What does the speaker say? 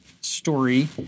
story